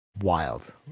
wild